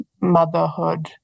motherhood